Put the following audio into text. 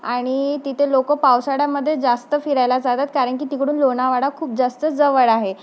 आणि तिथे लोक पावसाळ्यामध्ये जास्त फिरायला जातात कारण की तिकडून लोणावळा खूप जास्त जवळ आहे